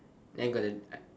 then got the